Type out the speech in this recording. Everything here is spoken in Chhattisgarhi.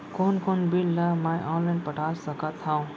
कोन कोन बिल ला मैं ऑनलाइन पटा सकत हव?